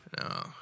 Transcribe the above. No